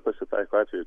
pasitaiko atvejų